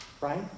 right